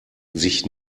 sich